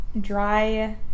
dry